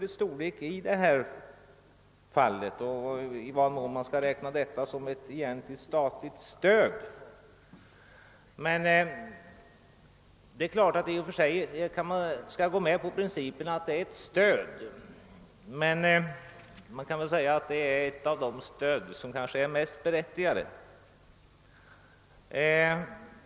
Det är också en fråga om i vad mån man skall klassificera gränsskyddet som ett egentligt statligt stöd, men i och för sig måste man väl godta som princip att detta är ett stöd, och man kan väl säga att det är en av de stödformer som är mest berättigade.